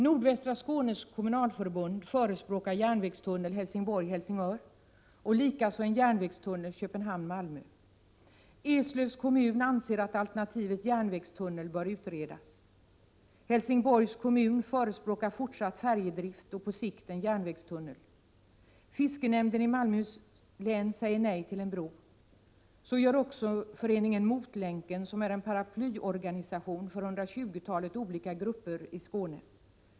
Nordvästra Skånes kommunalförbund förespråkar järnvägstunnel Helsingborg Helsingör och likaså en järnvägstunnel Köpenhamn — Malmö. Eslövs kommun anser att alternativet järnvägstunnel bör utredas. Helsingborgs kommun förespråkar fortsatt färjedrift och på sikt en järnvägstunnel. Fiskenämnden i Malmöhus län säger nej till en bro. Så gör också föreningen Motlänken, som är en paraplyorganisation för etthundratjugotalet olika miljögrupper i Skåne.